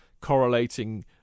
correlating